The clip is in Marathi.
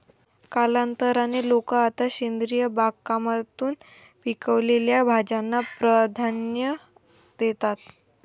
कालांतराने, लोक आता सेंद्रिय बागकामातून पिकवलेल्या भाज्यांना प्राधान्य देतात